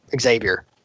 xavier